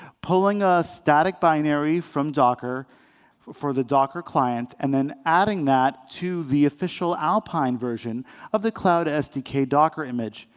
pulling a static binary from docker for for the docker client, and then adding that to the official alpine version of the cloud sdk docker image,